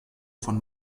von